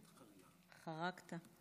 מצב חירום הוא על פי ההגדרה ההפך משגרה.